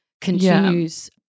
continues